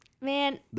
Man